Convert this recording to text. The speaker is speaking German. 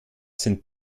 sind